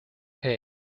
here